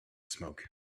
smoke